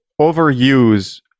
overuse